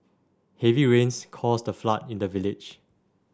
heavy rains caused a flood in the village